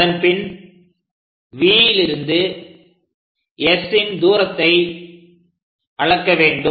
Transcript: அதன்பின் V லிருந்து S ன் தூரத்தை அளக்க வேண்டும்